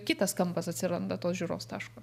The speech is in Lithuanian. kitas kampas atsiranda tos žiūros taško